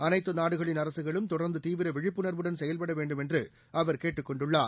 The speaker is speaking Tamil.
அனைத்து நாடுகளின் அரசுகளும் தொடர்ந்து தீவிர விழிப்புணர்வுடன் செயல்பட வேண்டும் என்று அவர் கேட்டுக் கொண்டுள்ளார்